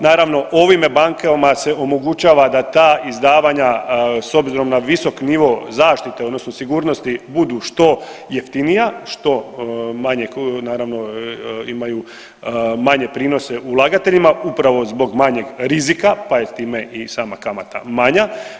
Naravno ovime bankama se omogućava da ta izdavanja s obzirom na visok nivo zaštite, odnosno sigurnosti budu što jeftinija, što manje imaju manje prinose ulagateljima upravo zbog manjeg rizika, pa je time sama kamata manja.